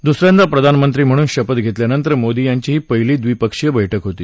दुसऱ्यांदा प्रधानमंत्री म्हणून शपथ घेतल्यांनंतर मोदी यांची ही पहिली द्विपक्षीय बैठक होती